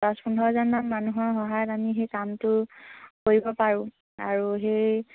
দছ পোন্ধৰজনমান মানুহৰ সহায়ত আমি সেই কামটো কৰিব পাৰোঁ আৰু সেই